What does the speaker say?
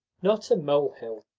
not a molehill,